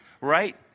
right